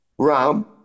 Ram